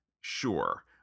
sure